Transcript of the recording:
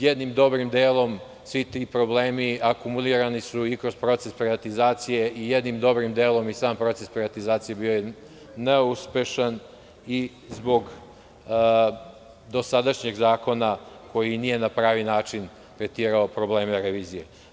Jednim dobrim delom svi ti problemi akumulirani su i kroz proces privatizacije, i jednim dobrim delom i sam proces privatizacije bio je neuspešan i zbog dosadašnje Zakona, koji nije na pravi način tretirao probleme revizije.